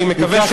אני מקווה שאתה,